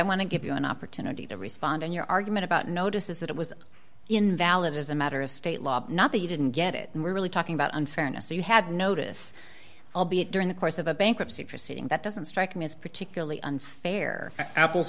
i want to give you an opportunity to respond and your argument about notice is that it was invalid as a matter of state law not that you didn't get it and we're really talking about unfairness so you had notice albeit during the course of a bankruptcy proceeding that doesn't strike me as particularly unfair apples